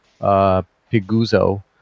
Piguzo